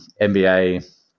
NBA